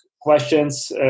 questions